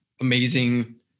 amazing